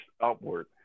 upward